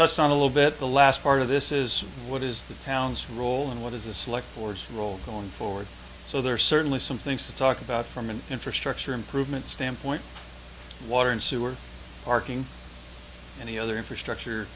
on a little bit the last part of this is what is the pounds for role and what is a select force role going forward so there are certainly some things to talk about from an infrastructure improvement standpoint water and sewer parking and the other infrastructure